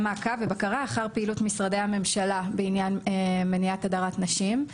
מעקב ובקרה אחר פעילות משרדי הממשלה בעניין מניעת הדרת נשים.